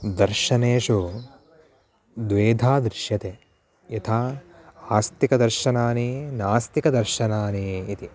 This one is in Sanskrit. दर्शनानि द्विधा दृश्यन्ते यथा आस्तिकदर्शनानि नास्तिकदर्शनानि इति